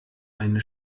eine